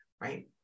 right